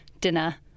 dinner